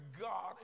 God